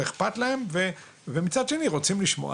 אכפת להם ומצד שני הם רוצים לשמוע.